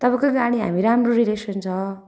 तपाईँको गाडी हाम्रो राम्रो रिलेसन छ